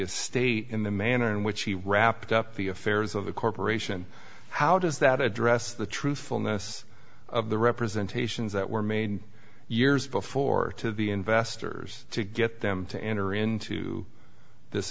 the state in the manner in which he wrapped up the affairs of the corporation how does that address the truthfulness of the representations that were made years before to the investors to get them to enter into this